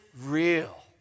real